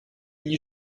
gli